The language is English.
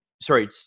sorry